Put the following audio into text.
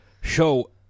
show